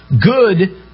good